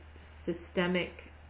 systemic